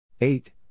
Eight